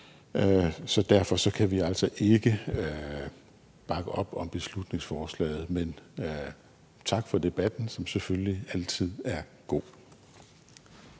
Så derfor kan vi altså ikke bakke op om beslutningsforslaget. Men tak for debatten, der som altid var god.